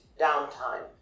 downtime